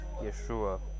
Yeshua